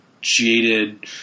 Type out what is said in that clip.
jaded